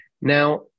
Now